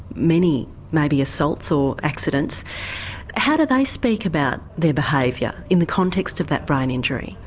many maybe assaults or accidents how do they speak about their behaviour in the context of that brain injury.